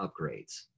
upgrades